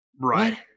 right